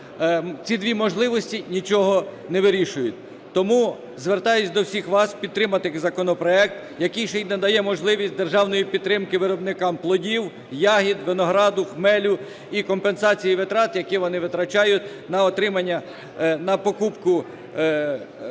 ці дві можливості нічого не вирішують. Тому звертаюсь до всіх вас підтримати законопроект, який ще надає можливість державної підтримки виробникам плодів, ягід, винограду, хмелю і компенсації витрат, які вони витрачають на отримання, на покупку систем